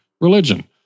religion